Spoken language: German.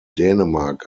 dänemark